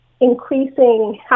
increasing